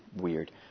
weird